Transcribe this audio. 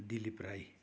Dilip Rai